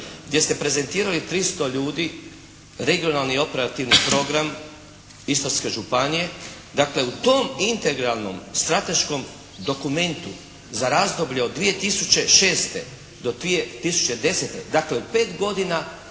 gdje ste prezentirali 300 ljudi, regionalni i operativni program Istarske županije. Dakle, u tom integralnom, strateškom dokumentu za razdoblje od 2006. do 2010. dakle u pet godina